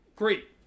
great